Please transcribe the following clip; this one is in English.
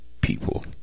people